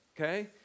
okay